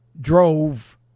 drove